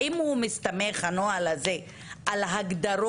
האם הנוהל הזה מסתמך על הגדרות